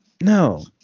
No